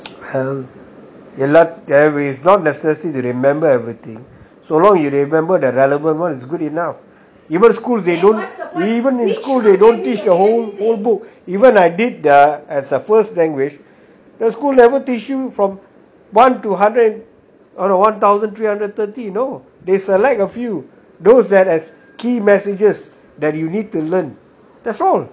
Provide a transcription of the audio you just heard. well எல்லாத்துக்கும்:ellathukum is not necessary to remember everything so long as you remember the relevant one is good enough even schools they don't even in school they don't teach the whole book even I did as a first language the school never teach you from one to hundred and no one thousand three hundred and thirty they select a few those that has key messages that you need to learn that's all